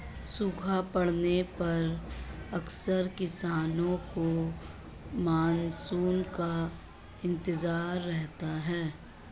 सूखा पड़ने पर अक्सर किसानों को मानसून का इंतजार रहता है